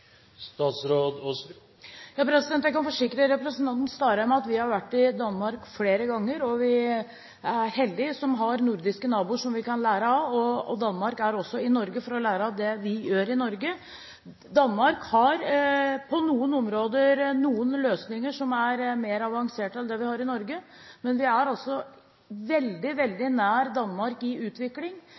kan forsikre representanten Starheim om at vi har vært i Danmark flere ganger. Vi er heldige som har nordiske naboer som vi kan lære av, og Danmark er også i Norge for å lære av det vi gjør i Norge. Danmark har på noen områder noen løsninger som er mer avansert enn det vi har i Norge, men vi er altså veldig, veldig nær Danmark i utvikling.